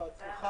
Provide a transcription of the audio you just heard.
בהצלחה.